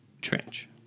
Trench